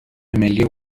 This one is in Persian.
ملی